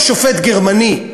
אותו שופט גרמני,